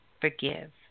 Forgive